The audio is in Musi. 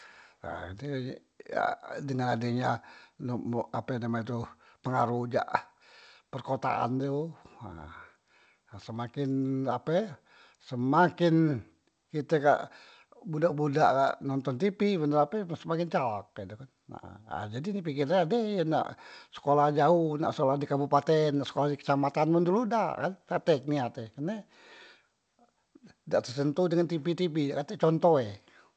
Ha tu yak dengan adenya nuk mu ape name e tu pengaruh jak perkotaan tu, ha semakin ape semakin kite kak budak- budak kak nonton tipi maen hp semakin calak he tu kan, nah jadi di pikir e ade nak sekolah jaoh, nak sekolah di kabupaten, nak sekolah di kecamatan, man dulu dak kan, dak tek niat e kerne dak te sentuh dengan tipi- tipi dak tek contoh e.